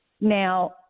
Now